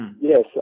Yes